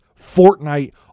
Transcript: Fortnite